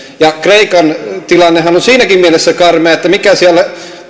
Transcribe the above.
kreikan tilannehan on siinäkin mielessä karmea että mikä siellä